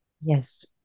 Yes